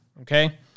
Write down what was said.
okay